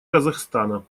казахстана